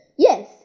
Yes